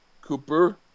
cooper